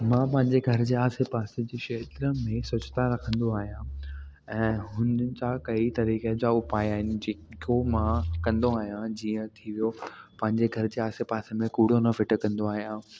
मां पंहिंजे घर जे आसे पासे जे क्षेत्रनि में स्वच्छता रखंदो आहियां ऐं हुनजा कई तरीक़े जा उपाय आहिनि जेको मां कंदो आहियां जीअं थी वियो पंहिंजे घर जे आसे पासे में कूड़ो न फ़िटो कंदो आहियां